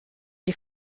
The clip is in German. die